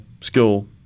school